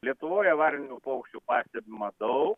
lietuvoje varninių paukščių pastebima daug